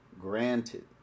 granted